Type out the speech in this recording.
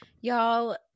y'all